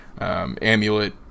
Amulet